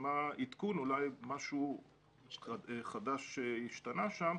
נשמע עדכון, אולי משהו השתנה שם.